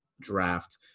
draft